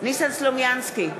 ניסן סלומינסקי,